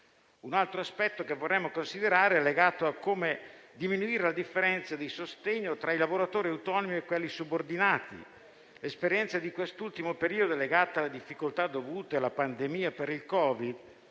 Un altro aspetto che vorremmo considerare è legato a come diminuire la differenza di sostegno tra i lavoratori autonomi e quelli subordinati. L'esperienza di quest'ultimo periodo, legata alle difficoltà dovute alla pandemia per il Covid,